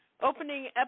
opening